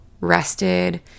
rested